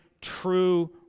true